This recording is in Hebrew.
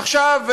עכשיו,